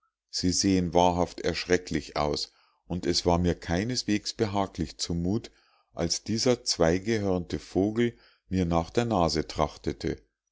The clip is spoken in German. sie sehen wahrhaft erschrecklich aus und es war mir keineswegs behaglich zumut als dieser zweigehörnte vogel mir nach der nase